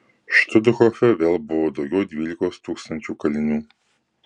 štuthofe vėl buvo daugiau dvylikos tūkstančių kalinių